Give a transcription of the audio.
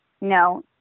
no